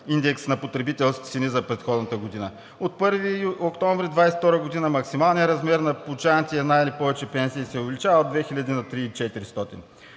индекс на потребителските цени за предходната година. От 1 октомври 2022 г. максималният размер на получаваните една или повече пенсии се увеличава от 2000